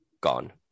Gone